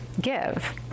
Give